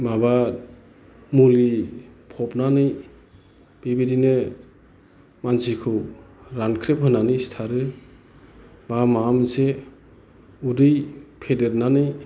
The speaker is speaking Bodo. माबा मुलि फबनानै बेबायदिनो मानसिखौ रानख्रेब होनानै सिथारो एबा माबा मोनसे उदै फेदेरनानै